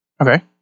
Okay